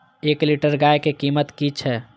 एक लीटर गाय के कीमत कि छै?